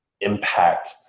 impact